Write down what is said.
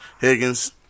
Higgins